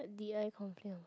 did I complain or not